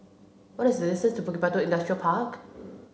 what is the distance to Bukit Batok Industrial Park